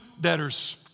debtors